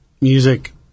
Music